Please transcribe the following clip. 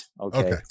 Okay